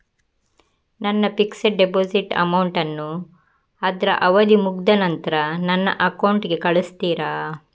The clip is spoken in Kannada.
ನನ್ನ ಫಿಕ್ಸೆಡ್ ಡೆಪೋಸಿಟ್ ಅಮೌಂಟ್ ಅನ್ನು ಅದ್ರ ಅವಧಿ ಮುಗ್ದ ನಂತ್ರ ನನ್ನ ಅಕೌಂಟ್ ಗೆ ಕಳಿಸ್ತೀರಾ?